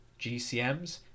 GCMs